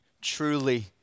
truly